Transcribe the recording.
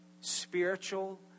Spiritual